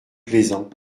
plaisant